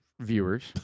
viewers